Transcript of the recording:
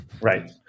Right